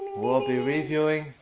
we'll be reviewing,